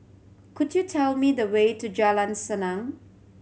could you tell me the way to Jalan Senang